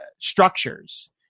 structures